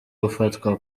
gufatwa